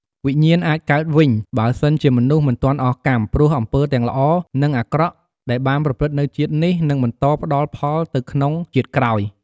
វិញ្ញាណអាចកើតវិញ បើសិនជាមនុស្សមិនទាន់អស់កម្ម ព្រោះអំពើទាំងល្អ និងអាក្រក់ ដែលបានប្រព្រឹត្តនៅជាតិនេះ នឹងបន្តផ្តល់ផលទៅក្នុងជាតិក្រោយ ។